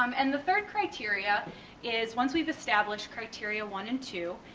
um and the third criteria is once we've established criteria one and two,